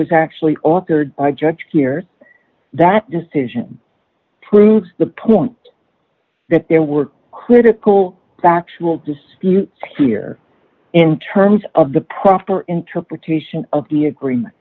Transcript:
was actually authored by judge hears that decision proves the point that there were critical factual disputes here in terms of the proper interpretation of the agreement